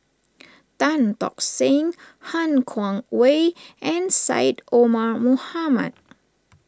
Tan Tock Seng Han Guangwei and Syed Omar Mohamed